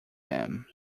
him